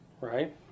Right